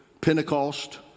Pentecost